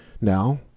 Now